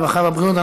הרווחה והבריאות.